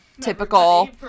Typical